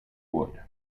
wood